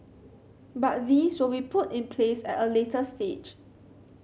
but these will be put in place at a later stage